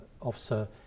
officer